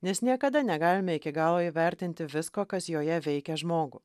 nes niekada negalime iki galo įvertinti visko kas joje veikia žmogų